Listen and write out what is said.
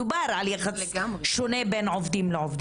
דובר על יחס שונה בין העובדים.